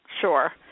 Sure